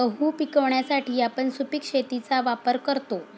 गहू पिकवण्यासाठी आपण सुपीक शेतीचा वापर करतो